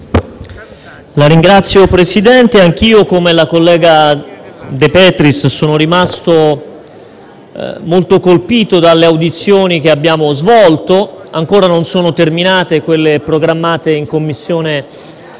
Signor Presidente, anch'io, come la collega De Petris, sono rimasto molto colpito dalle audizioni che abbiamo svolto - ancora non sono terminate quelle programmate - in Commissione